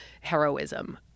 heroism